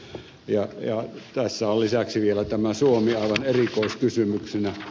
tässä on lisäksi vielä tämä suomi aivan erikoiskysymyksenä